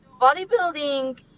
bodybuilding